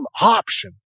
option